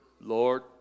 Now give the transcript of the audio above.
Lord